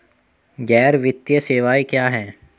गैर वित्तीय सेवाएं क्या हैं?